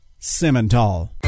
Simmental